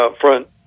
front